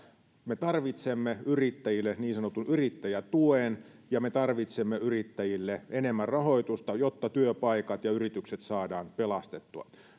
me tarvitsemme yrittäjille niin sanotun yrittäjätuen ja me tarvitsemme yrittäjille enemmän rahoitusta jotta työpaikat ja yritykset saadaan pelastettua